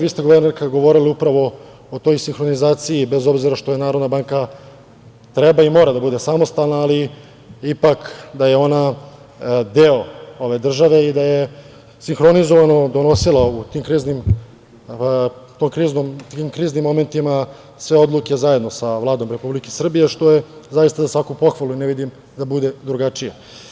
Vi ste, guvernerka, govorili upravo o toj sinhronizaciji, bez obzira što Narodna banka treba i mora da bude samostalna, ali ipak da je ona deo ove države i da je sinhronizovano donosila u tim kriznim momentima sve odluke zajedno sa Vladom Republike Srbije, što je zaista za svaku pohvalu i ne vidim da bude drugačije.